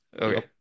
okay